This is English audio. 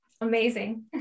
Amazing